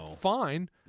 fine